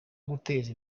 guteza